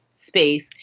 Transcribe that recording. space